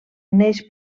neix